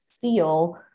feel